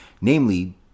namely